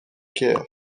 caire